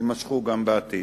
יימשכו גם בעתיד.